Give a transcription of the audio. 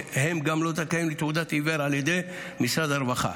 והם גם לא זכאים לתעודת עיוור על ידי משרד הרווחה.